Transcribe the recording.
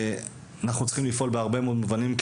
אנחנו צריכים לפעול בהרבה מאוד מובנים,